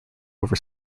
over